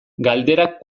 galderak